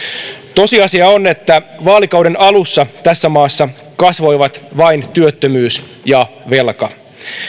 tosiasia on että vaalikauden alussa tässä maassa kasvoivat vain työttömyys ja velka